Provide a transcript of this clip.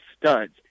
studs